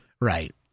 Right